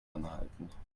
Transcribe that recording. anhalten